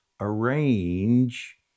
arrange